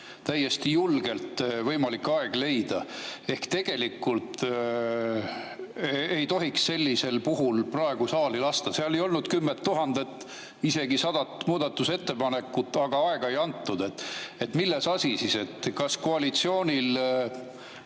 täiesti julgelt võimalik aeg leida. Ehk tegelikult ei tohiks sellisel puhul [seda eelnõu] praegu saali lasta. Seal ei olnud kümmet tuhandet, isegi mitte sadat muudatusettepanekut, aga aega ei antud. Milles asi? Kas koalitsioonil